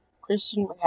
Christian